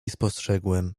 spostrzegłem